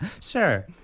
Sure